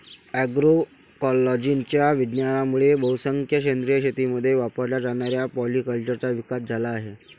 अग्रोइकोलॉजीच्या विज्ञानामुळे बहुसंख्येने सेंद्रिय शेतीमध्ये वापरल्या जाणाऱ्या पॉलीकल्चरचा विकास झाला आहे